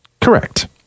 Correct